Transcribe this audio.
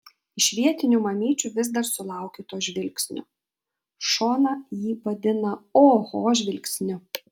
iš vietinių mamyčių vis dar sulaukiu to žvilgsnio šona jį vadina oho žvilgsniu